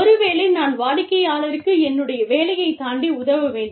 ஒருவேளை நான் வாடிக்கையாளருக்கு என்னுடைய வேலையைத் தாண்டி உதவ வேண்டும்